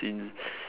since